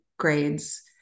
grades